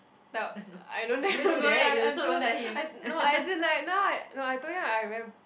I don't think I'm going I'm too I no as in like now I no I told him I very